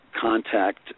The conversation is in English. contact